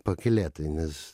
pakylėtai nes